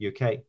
UK